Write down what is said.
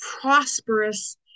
prosperous